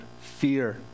fear